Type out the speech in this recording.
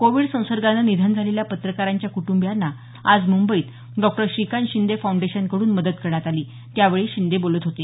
Covid संसर्गानं निधन झालेल्या पत्रकारांच्या कुटुंबियांना आज मुंबईत डॉ श्रीकांत शिंदे फौंडेशनकडून मदत करण्यात आली त्यावेळी शिंदे बोलत होते